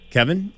Kevin